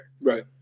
Right